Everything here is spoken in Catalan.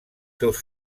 seus